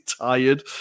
tired